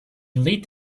lit